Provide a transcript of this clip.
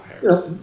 Harris